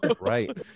Right